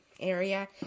area